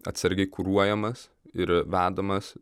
atsargiai kuruojamas ir vedamas